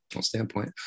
standpoint